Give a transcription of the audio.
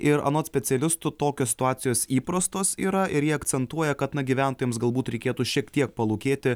ir anot specialistų tokios situacijos įprastos yra ir jie akcentuoja kad na gyventojams galbūt reikėtų šiek tiek palūkėti